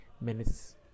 minutes